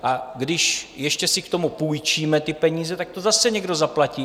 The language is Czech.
A když ještě si k tomu půjčíme ty peníze, tak to zase někdo zaplatí.